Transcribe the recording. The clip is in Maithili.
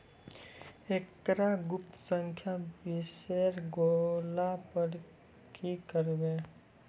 एकरऽ गुप्त संख्या बिसैर गेला पर की करवै?